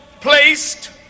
placed